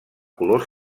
colors